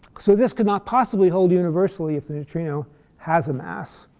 so this could not possibly hold universally if the neutrino has a mass.